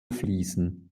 fliesen